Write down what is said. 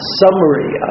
summary